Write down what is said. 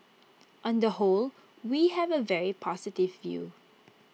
on the whole we have A very positive view